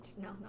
no